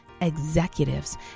executives